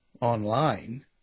online